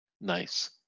Nice